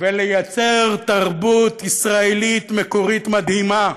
ולייצר תרבות ישראלית מקורית מדהימה,